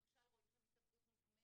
למשל, רואים שם התאבדות מוגמרת